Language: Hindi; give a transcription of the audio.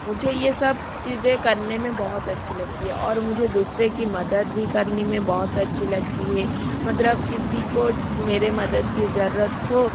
मुझे ये सब चीज़ें करने में बहुत अच्छी लगती हे और मुझे दूसरे की मदद भी करनी में बहुत अच्छी लगती हे मतलब किसी को मेरे मदद की जरूरत हो